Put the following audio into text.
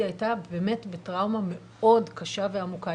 היא הייתה באמת בטראומה מאוד קשה ועמוקה.